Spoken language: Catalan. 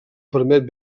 permet